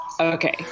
Okay